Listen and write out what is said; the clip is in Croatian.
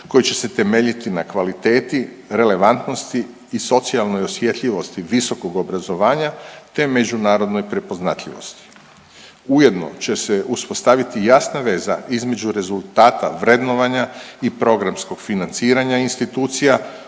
koji će se temeljiti na kvaliteti, relevantnosti i socijalnoj osjetljivosti visokog obrazovanja te međunarodnoj prepoznatljivosti. Ujedno će se uspostaviti jasna veza između rezultata vrednovanja i programskog financiranja institucija